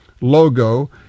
logo